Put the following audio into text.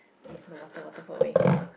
eh the water water put away